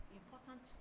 important